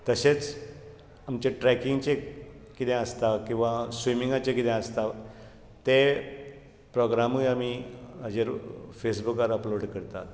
तशेंच आमचे ट्रेकींगचे कितें आसता किंवां स्विमिंगाचे कितें आसता ते प्रोग्रामूय आमी हाचेर फेसबूकार अपलोड करतात